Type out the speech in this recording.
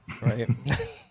Right